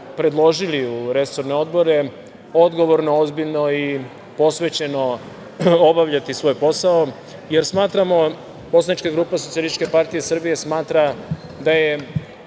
predložili u resorne odbore odgovorno, ozbiljno i posvećeno obavljati svoj posao, jer smatramo, poslanička grupa SPS smatra da je